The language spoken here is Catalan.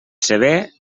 sever